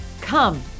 come